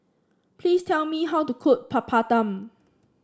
please tell me how to cook Papadum